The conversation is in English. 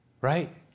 Right